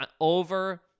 over